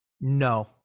No